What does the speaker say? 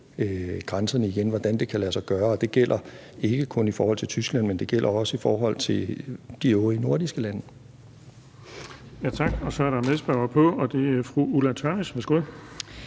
grænserne igen, og hvordan det kan lade sig gøre. Og det gælder ikke kun i forhold til Tyskland, men det gælder også i forhold til de øvrige nordiske lande. Kl. 15:32 Den fg. formand (Erling Bonnesen): Tak. Så er der en medspørger, og det er fru Ulla Tørnæs. Værsgo.